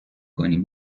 کنیم